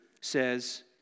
says